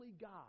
God